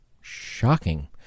Shocking